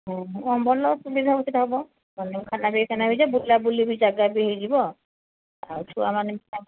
ହଁ ଭଲ ସୁବିଧା ବି ସେଇଟା ହେବ ବୁଲାବୁଲି ବି ଜାଗା ହୋଇଯିବ ଆଉ ଛୁଆମାନେ ତ